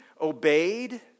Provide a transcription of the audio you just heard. obeyed